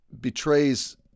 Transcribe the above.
betrays